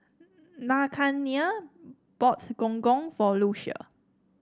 Nathanial bought Gong Gong for Lucia